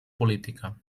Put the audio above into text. política